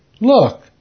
Look